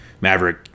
Maverick